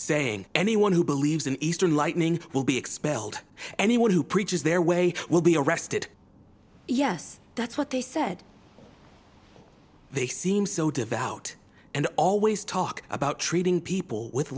saying anyone who believes in eastern lightning will be expelled anyone who preaches their way will be arrested yes that's what they said they seem so devout and always talk about treating people with